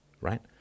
right